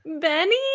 Benny